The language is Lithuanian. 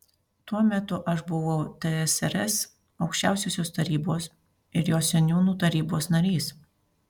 tuo metu aš buvau tsrs aukščiausiosios tarybos ir jos seniūnų tarybos narys